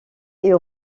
est